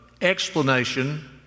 explanation